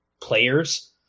players